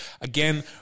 Again